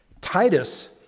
Titus